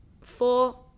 four